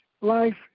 life